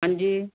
ਹਾਂਜੀ